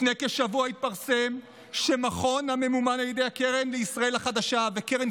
לפני כשבוע התפרסם שמכון הממומן על ידי הקרן לישראל החדשה וקרן